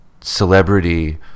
celebrity